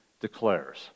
declares